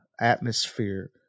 atmosphere